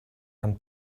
and